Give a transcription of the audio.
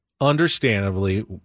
understandably